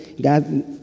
God